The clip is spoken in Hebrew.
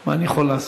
מה אני יכול לעשות?